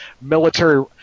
military